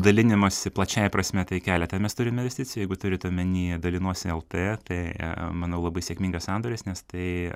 dalinimąsi plačiąja prasme tai keletą mes turime investicijų jeigu turit omeny dalinuosi lt tai e a manau labai sėkmingas sandoris nes tai